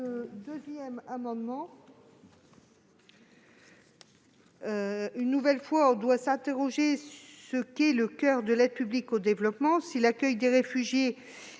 Michelle Gréaume. Une nouvelle fois, on doit s'interroger sur ce qu'est le coeur de l'aide publique au développement. Si l'accueil des réfugiés